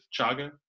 chaga